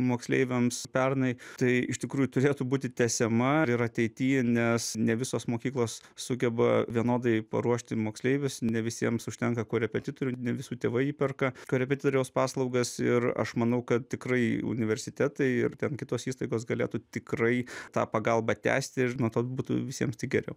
moksleiviams pernai tai iš tikrųjų turėtų būti tęsiama ir ateity nes ne visos mokyklos sugeba vienodai paruošti moksleivius ne visiems užtenka korepetitorių ne visų tėvai įperka korepetitoriaus paslaugas ir aš manau kad tikrai universitetai ir kitos įstaigos galėtų tikrai tą pagalbą tęsti ir nuo to būtų visiems tik geriau